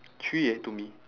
three eh to me